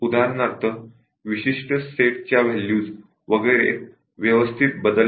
उदाहरणार्थ विशिष्ट सेटच्या व्हॅल्यूज व्यवस्थित इंटरचेंज होत नसतील